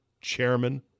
chairman